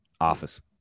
office